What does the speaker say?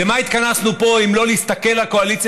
למה התכנסנו פה אם לא להסתכל לקואליציה